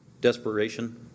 desperation